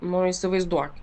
nu įsivaizduokit